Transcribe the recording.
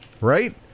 Right